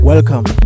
Welcome